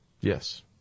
Yes